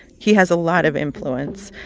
he has a lot of influence.